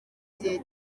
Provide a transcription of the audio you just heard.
gihe